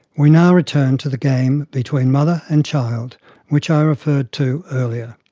we now return to the game between mother and child which i referred to earlier.